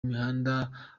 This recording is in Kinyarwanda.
imihanda